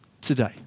today